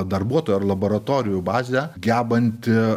darbuotojų ar laboratorijų bazė gebanti